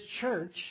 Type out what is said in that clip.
church